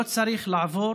לא צריך לעבור